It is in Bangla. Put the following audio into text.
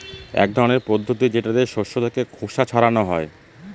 এক ধরনের পদ্ধতি যেটা দিয়ে শস্য থেকে খোসা ছাড়ানো হয়